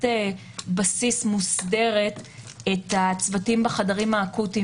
בסיס מוסדרת את הצוותים בחדרים האקוטיים,